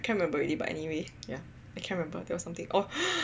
I cannot remember already but anyway yeah I cannot remember to tell you something oh